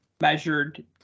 measured